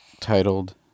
titled